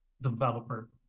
developer